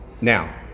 Now